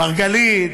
מרגלית,